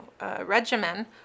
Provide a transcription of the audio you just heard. regimen